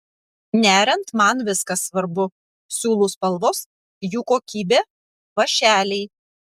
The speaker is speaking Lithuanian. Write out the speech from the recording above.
neriant man viskas svarbu siūlų spalvos jų kokybė vąšeliai